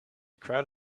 crowd